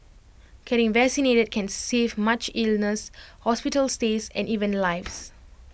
getting vaccinated can save much illness hospital stays and even lives